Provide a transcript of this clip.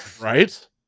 right